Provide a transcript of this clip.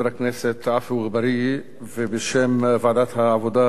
הכנסת עפו אגבאריה ובשם ועדת העבודה,